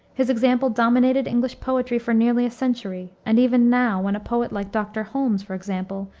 his example dominated english poetry for nearly a century, and even now, when a poet like dr. holmes, for example,